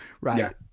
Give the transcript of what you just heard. Right